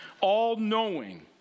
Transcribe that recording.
all-knowing